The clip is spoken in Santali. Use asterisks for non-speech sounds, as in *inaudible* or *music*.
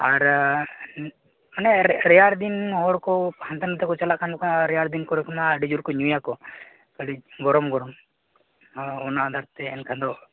ᱟᱨ ᱦᱟᱱᱮ ᱨᱮᱭᱟᱲᱫᱤᱱ ᱦᱚᱲᱠᱚ ᱦᱟᱱᱛᱮᱼᱱᱷᱟᱛᱮᱠᱚ ᱪᱟᱞᱟᱜ ᱠᱷᱟᱱ *unintelligible* ᱨᱮᱭᱟᱲᱫᱤᱱ ᱚᱠᱚᱭᱫᱚᱠᱚ ᱟᱹᱰᱤ ᱡᱳᱨᱠᱚ ᱧᱩᱭᱟᱠᱚ ᱟᱹᱰᱤ ᱜᱚᱨᱚᱢ ᱜᱚᱨᱚᱢ ᱚᱱᱟᱫᱚ ᱮᱱᱛᱮ ᱮᱱᱠᱷᱟᱱᱫᱚ